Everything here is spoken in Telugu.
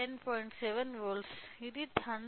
7 వోల్ట్లు ఇది 100